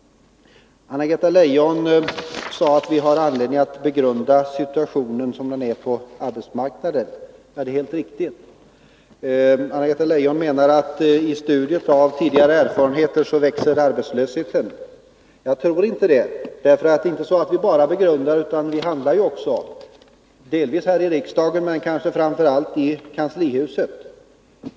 Anna-Greta Leijon sade att vi har anledning att begrunda situationen som den är på arbetsmarknaden. Ja, det är helt riktigt. Anna-Greta Leijon menar att tidigare erfarenheter visar att arbetslösheten växer. Jag tror inte det. Det är nämligen så att vi inte bara begrundar — vi handlar också, delvis i riksdagen, men framför allt i kanslihuset.